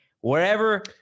wherever